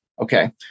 Okay